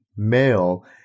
male